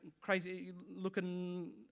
crazy-looking